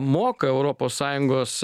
moka europos sąjungos